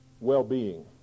well-being